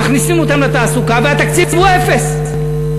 מכניסים אותם לתעסוקה והתקציב הוא אפס.